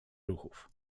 ruchów